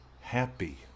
happy